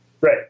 Right